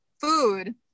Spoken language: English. food